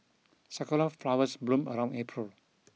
sakura flowers bloom around April